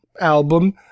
album